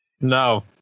No